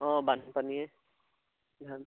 অঁ বানপানীয়ে ধান